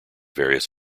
various